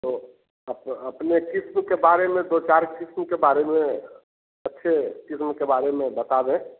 तो अप अपने क़िस्म के बारे में दो चार क़िस्म के बारे में अच्छी क़िस्म के बारे में बता दें